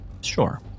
Sure